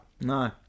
no